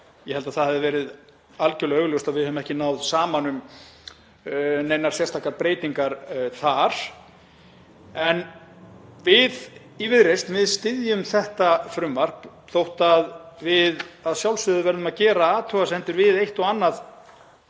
Ég held að það hafi verið algjörlega augljóst að við hefðum ekki náð saman um neinar sérstakar breytingar þar. En við í Viðreisn styðjum þetta frumvarp þótt við að sjálfsögðu verðum að gera athugasemdir við eitt og annað